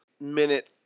minute